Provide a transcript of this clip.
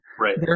right